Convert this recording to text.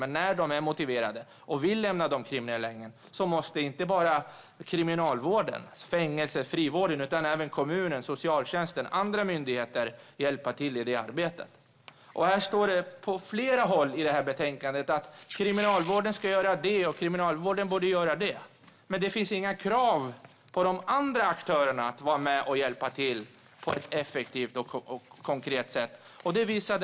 Men när de är motiverade och vill lämna de kriminella gängen måste inte bara Kriminalvården, fängelserna och frivården, utan även kommunerna, socialtjänsten och andra myndigheter hjälpa till med detta arbete. På flera ställen i detta betänkande står det att Kriminalvården ska göra det, Kriminalvården borde göra det, och så vidare. Men det finns inga krav på de andra aktörerna att vara med och hjälpa till på ett effektivt och konkret sätt.